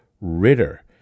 Ritter